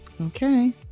Okay